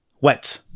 wet